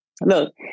Look